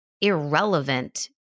irrelevant